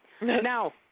Now